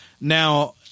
Now